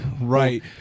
Right